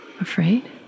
afraid